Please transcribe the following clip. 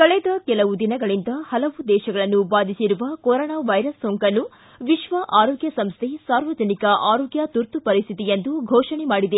ಕಳೆದ ಕೆಲವು ದಿನಗಳಿಂದ ಪಲವು ದೇಶಗಳನ್ನು ಬಾಧಿಸಿರುವ ಕೊರೋನಾ ವೈರಸ್ ಸೋಂಕನ್ನು ವಿಶ್ವ ಆರೋಗ್ಯ ಸಂಸ್ಕೆ ಸಾರ್ವಜನಿಕ ಆರೋಗ್ಯ ತುರ್ತು ಪರಿಸ್ಟಿತಿ ಎಂದು ಘೋಷಣೆ ಮಾಡಿದೆ